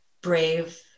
brave